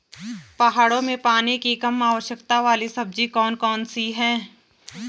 पहाड़ों में पानी की कम आवश्यकता वाली सब्जी कौन कौन सी हैं?